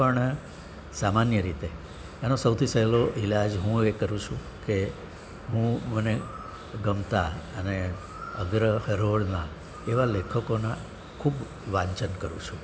પણ સામાન્ય રીતે એનો સૌથી સહેલો ઈલાજ હું એ કરું છું કે હું મને ગમતા અને અગ્ર હરોળના એવા લેખકોના ખૂબ વાંચન કરું છું